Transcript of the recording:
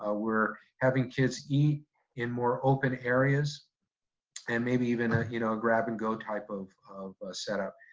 ah we're having kids eat in more open areas and maybe even a you know grab-and-go type of of setup.